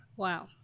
Wow